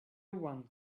one